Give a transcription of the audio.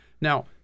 Now